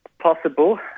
possible